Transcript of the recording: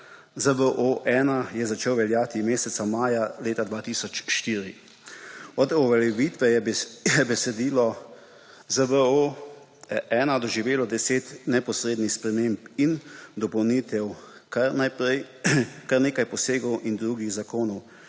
ZVO-1 je začel veljati meseca maja leta 2004. Od uveljavitve je besedilo ZVO-1 doživelo deset neposrednih sprememb in dopolnitev, kar nekaj posegov in drugi zakonov,